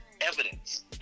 evidence